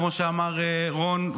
כמו שאמר רון,